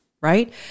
right